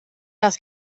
das